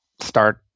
start